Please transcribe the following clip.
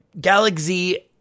Galaxy